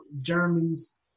Germans